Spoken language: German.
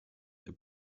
der